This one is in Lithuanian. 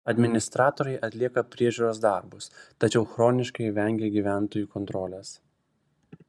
administratoriai atlieka priežiūros darbus tačiau chroniškai vengia gyventojų kontrolės